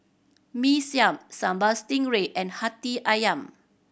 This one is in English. Mee Siam Sambal Stingray and Hati Ayam